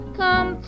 come